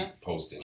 posting